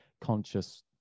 conscious